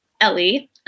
Ellie